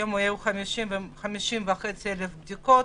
היום היו 50,500 בדיקות,